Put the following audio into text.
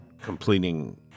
completing